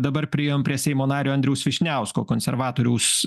dabar priėjom prie seimo nario andriaus vyšniausko konservatoriaus